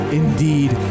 indeed